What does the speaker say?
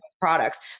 products